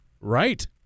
Right